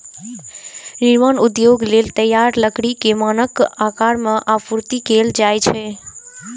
निर्माण उद्योग लेल तैयार लकड़ी कें मानक आकार मे आपूर्ति कैल जाइ छै